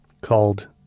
called